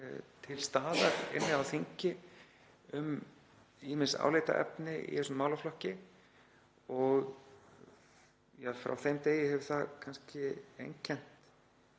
til staðar á þingi um ýmis álitaefni í þessum málaflokki. Frá þeim degi hefur það kannski einkennt